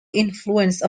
influence